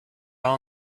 all